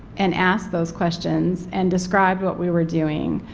and asked those questions, and described what we were doing,